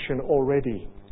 already